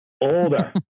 Older